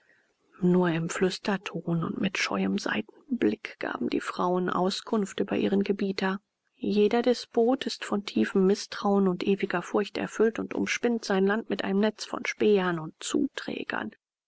nur im flüsterton und mit scheuem seitenblick gaben die frauen auskunft über ihren gebieter jeder despot ist von tiefem mißtrauen und ewiger furcht erfüllt und umspinnt sein land mit einem netz von spähern und zuträgern